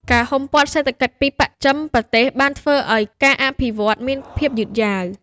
ការហ៊ុមព័ទ្ធសេដ្ឋកិច្ចពីបស្ចិមប្រទេសបានធ្វើឱ្យការអភិវឌ្ឍមានភាពយឺតយ៉ាវ។